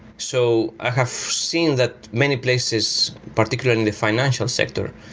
so i have seen that many places, particularly in the financial sector,